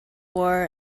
war